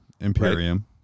Imperium